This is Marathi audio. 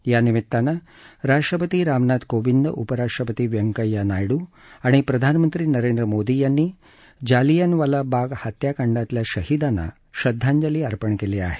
यानिमित्तानं राष्ट्रपती रामनाथ कोविंद उपराष्ट्रपती व्यंकैय्या नायूडू आणि प्रधानमंत्री नरेंद्र मोदी यांनी जालियनवाला बाग हत्याकांडातल्या शहीदांना श्रद्धांजली वाहिली आहे